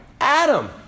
Adam